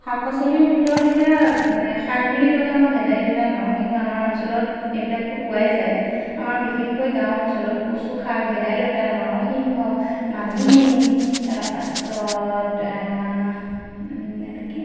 শাক পাচলিৰ ভিতৰত এতিয়া শাক বুলি ক'লে আমাৰ ভেদাইলতা নৰসিংহ আমাৰ অঞ্চলত এইবিলাকতো পোৱাই যায় আমাৰ বিশেষকৈ গাঁও অঞ্চলত কচু শাক ভেদাইলতা নৰসিংহ মানিমুনি তাৰপাছত এইটো কি